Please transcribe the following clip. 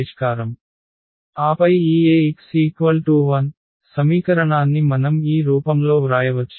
ఆపై ఈ Ax 0 సమీకరణాన్ని మనం ఈ రూపంలో వ్రాయవచ్చు